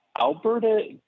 Alberta